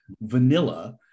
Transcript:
vanilla